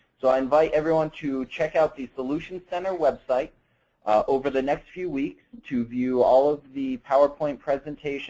so i invite everyone to check out the solutions center website over the next few weeks to view all of the powerpoint presentations